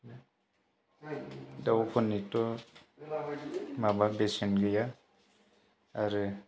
दाउफोरनिथ' माबा बेसेन गैया आरो